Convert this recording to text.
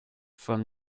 from